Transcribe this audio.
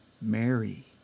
Mary